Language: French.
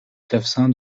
clavecin